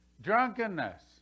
Drunkenness